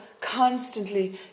constantly